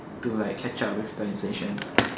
to like catch up with the inflation